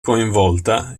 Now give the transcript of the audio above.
coinvolta